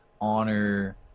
honor